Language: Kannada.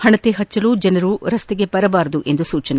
ಹಣತೆ ಹಚ್ಚಲು ಜನರು ರಸ್ನೆಗೆ ಬರಬಾರದು ಎಂದು ಸೂಚನೆ